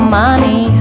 money